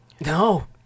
No